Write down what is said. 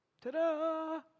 Ta-da